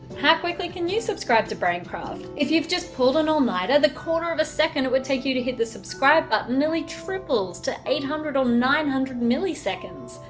how quickly can you subscribe to braincraft? if you've just pulled an all-nighter the quarter of a second it would take you to hit the subscribe button nearly triples to eight hundred or nine hundred milliseconds.